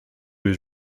was